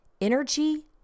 energy